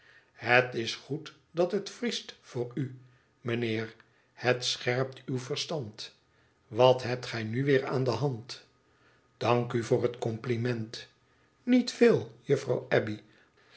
thet is goed dat het vriest voor u mijnheer het scherpt uw verstand wat hebt gij nu weer aan de hand tdankuvoor het compliment niet veel juffrouw